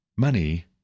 Money